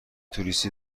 توریستی